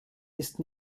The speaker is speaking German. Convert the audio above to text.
ist